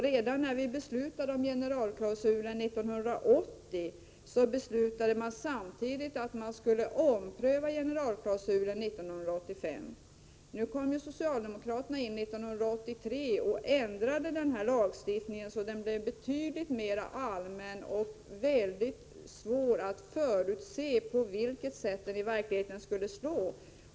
Redan när vi beslutade om generalklausulen 1980 beslutade vi samtidigt att den skulle omprövas 1985. Men socialdemokraterna kom sedan in 1983 och ändrade lagstiftningen så att den blev betydligt mer allmän och så att det blev väldigt svårt att förutse på vilket sätt den i verkligheten skulle slå.